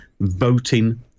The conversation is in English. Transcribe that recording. voting